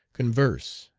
converse,